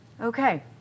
Okay